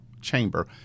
chamber